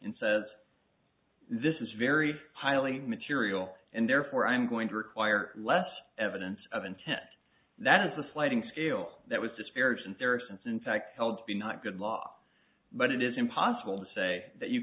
and says this is very highly material and therefore i'm going to require less evidence of intent that's a sliding scale that was disparaged and there are since in fact held to be not good law but it is impossible to say that you